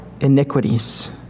iniquities